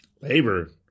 Labor